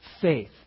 faith